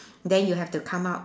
then you have to come up